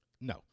No